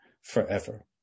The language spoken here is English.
forever